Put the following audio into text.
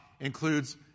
includes